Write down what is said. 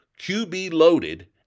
QB-loaded